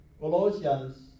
Colossians